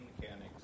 mechanics